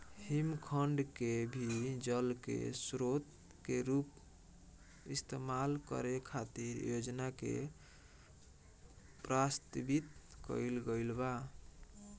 हिमखंड के भी जल के स्रोत के रूप इस्तेमाल करे खातिर योजना के प्रस्तावित कईल गईल बा